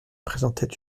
présentait